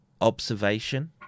observation